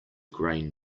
grain